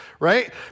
Right